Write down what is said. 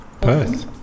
Perth